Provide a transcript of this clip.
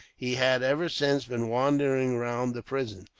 he had, ever since, been wandering round the prison.